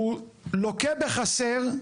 שהוא לוקה בחסר,